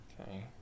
Okay